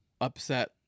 upset